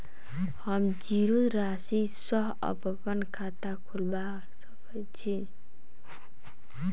हम जीरो राशि सँ अप्पन खाता खोलबा सकै छी?